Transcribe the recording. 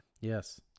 Yes